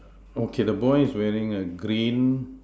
okay the boy is wearing a green